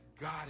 God